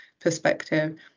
perspective